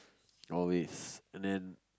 always and then